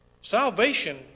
Salvation